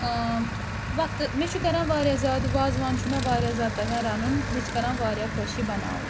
وقتہٕ مےٚ چھُ کَران واریاہ زیادٕ وازوان چھُ مےٚ واریاہ زیادٕ تَگان رَنُن مےٚ چھِ کَران واریاہ خۄش یہِ بَناوُن